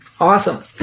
Awesome